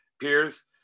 peers